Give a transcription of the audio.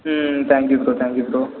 ம் thank you bro thank you bro